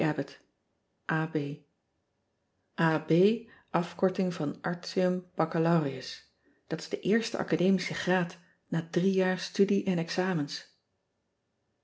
afkorting van rtium accalaureus dat is de eerste academische graad na drie jaar studie en examens